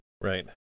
Right